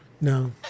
No